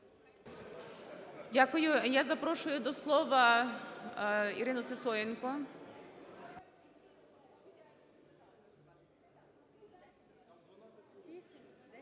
Дякую. Я запрошую до слова Ірину Сисоєнко.